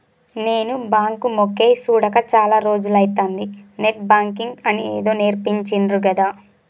నేను బాంకు మొకేయ్ సూడక చాల రోజులైతంది, నెట్ బాంకింగ్ అని ఏదో నేర్పించిండ్రు గదా